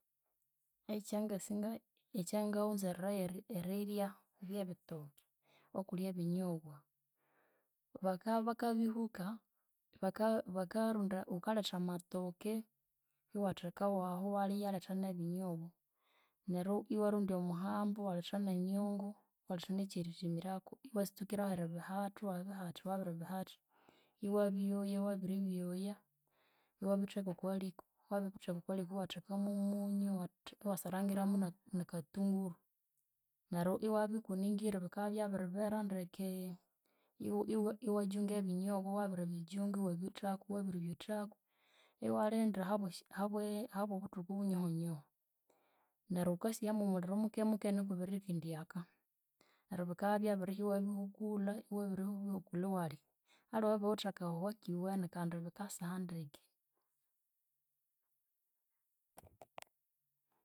Ekyangasi nga ekyangawunzererayo eri erirya by'ebitoke okuli ebinyobwa, bakabya bakabihuka baka bakaronda wukalhetha amatoke, iwatheka waho iwayalhetha n'ebinyobwa neryo iwarondya omuhamba iwalhetha n'enyungu, iwalhetha n'eky'erithimirako, iwatsukiraho eribihatha, iwabihatha, wabiribihatha, iwabyoya wabiribyoya, iwabitheka oko liko, wabiribitheka oko liko iwathekamo omunyo, iwathe iwasarangiramo na- n'akatunguru, neryo iwabikuningira, bikabya byabiribera ndekee iwa- iwajunga ebinyobwa, wabiribijunga iwabyuthako, wabiribyuthako iwalinda habwa habwe habw'obuthuku bunyoho nyoho, neryo wukasigha mw'omuliro muke muke nuko birikendyaka, neryo bikabya byabirihya iwabihukulha, iwabiribihukulha iwalya, aliwe biwithe akahoho akiwene kandi bikasiha ndeke.